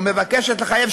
או מבקשת לחייב,